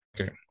Okay